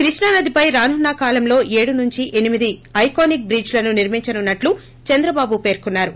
కృష్ణ నదిపై రానున్న కాలం లో ఏడు నుంచి ఎనిమిది ఐకానిక్ బ్రిద్లేలను నిర్మించ నున్నట్లు చంద్రబాబు పెర్కున్సారు